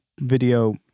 video